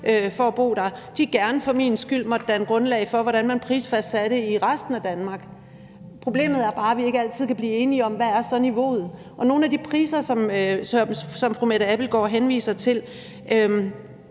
for at bo der, gerne for min skyld måtte danne grundlag for, hvordan man prisfastsatte i resten af Danmark. Problemet er bare, at vi ikke altid kan blive enige om, hvad niveauet så er, og nogle af de priser, som fru Mette Abildgaard henviser til,